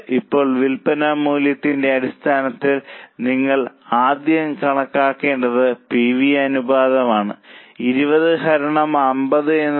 ഇപ്പോൾ വിൽപ്പന മൂല്യത്തിന്റെ അടിസ്ഥാനത്തിൽ നിങ്ങൾ ആദ്യം കണക്കാക്കേണ്ടത് PV അനുപാതമായ 20 ഹരണം 50 ആണ്